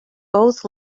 both